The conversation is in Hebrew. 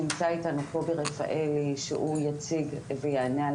נמצא איתנו קובי רפאלי שהוא יציג ויענה על